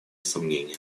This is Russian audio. сомнения